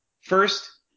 first